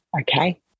Okay